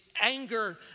anger